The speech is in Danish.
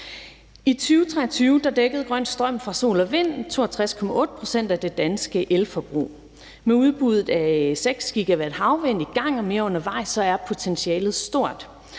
I 2023 dækkede den grønne strøm fra sol og vind 62,8 pct. af det danske elforbrug, og med udbuddet af 6 GW havvind i gang og mere undervejs er potentialet stort.